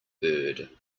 bird